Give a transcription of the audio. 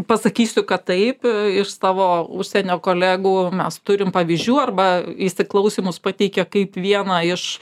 pasakysiu kad taip iš savo užsienio kolegų mes turim pavyzdžių arba įsiklausymus pateikia kaip vieną iš